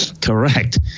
Correct